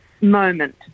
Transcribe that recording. moment